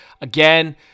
Again